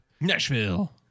Nashville